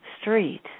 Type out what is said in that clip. street